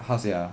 how to say ah